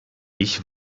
ich